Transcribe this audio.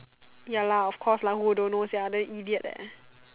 ya lah of course lah who don't know sia the idiot leh